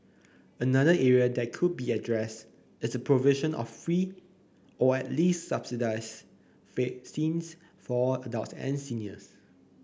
another area that could be addressed is the provision of free or at least subsidized vaccines for adults and seniors